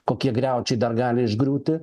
kokie griaučiai dar gali išgriūti